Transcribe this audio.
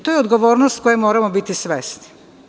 To je odgovornost koje moramo biti svesni.